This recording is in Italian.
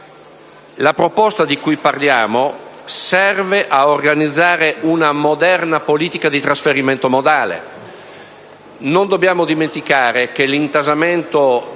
la proposta di cui parliamo serve a organizzare una moderna politica di trasferimento modale. Non dobbiamo dimenticare che l'intasamento delle